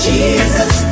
Jesus